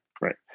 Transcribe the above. Right